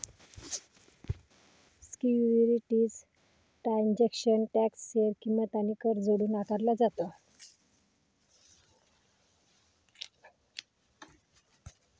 securities transaction tax share किंमत आणि कर जोडून आकारला जातो